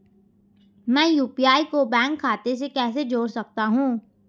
मैं यू.पी.आई को बैंक खाते से कैसे जोड़ सकता हूँ?